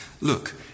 Look